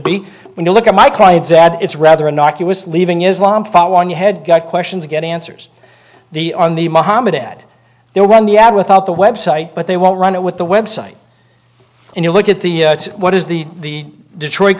be when you look at my clients that it's rather innocuous leaving islam fall on your head got questions get answers the on the mohamed they were when the ad without the website but they won't run it with the website and you look at the what is the detroit